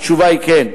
התשובה היא כן.